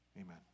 Amen